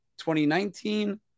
2019